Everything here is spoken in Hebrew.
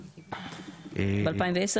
ב-2010,